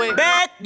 back